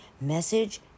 message